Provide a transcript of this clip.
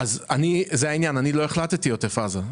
זה העניין, אני לא החלטתי על עוטף עזה.